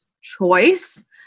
choice